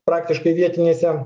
praktiškai vietinėse